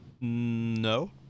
No